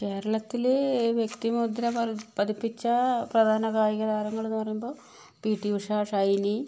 കേരളത്തില് വ്യക്തി മുദ്ര പതി പതിപ്പിച്ച പ്രധാന കായിക താരങ്ങൾ എന്ന് പറയുമ്പോൾ പി ടി ഉഷ ഷൈനി